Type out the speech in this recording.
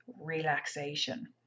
relaxation